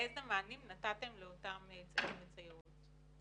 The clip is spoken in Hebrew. איזה מענים נתתם לאותם צעירות וצעירים?